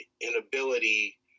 inability